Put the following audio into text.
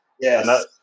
yes